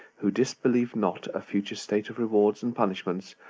who disbelieve not a future state of rewards and punishments,